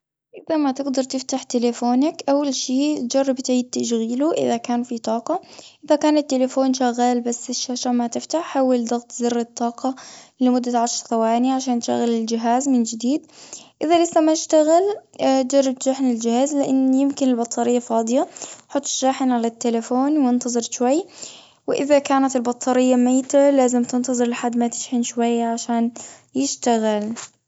إذا ما تجدر تفتح تلفونك. أول شي، جرب تعيد تشغيله، إذا كان في طاقة. إذا كان التلفون شغال، بس الشاشة ما تفتح، حاول ضغط زر الطاقة لمدة عشر ثواني، عشان تشغل الجهاز من جديد. إذا لسة ما اشتغل، جرب شحن الجهاز، لأن يمكن البطارية فاضية. حط الشاحن على التلفون وانتظر شوي. وإذا كانت البطارية ميتة، لازم تنتظر لحد ما تشحن شوية، عشان يشتغل.